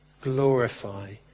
glorify